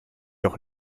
doch